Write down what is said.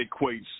equates